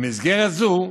במסגרת זו,